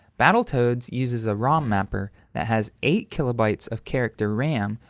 battletoads uses a rom mapper that has eight kilobytes of character ram,